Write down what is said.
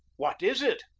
what is it?